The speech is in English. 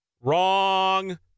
Wrong